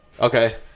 Okay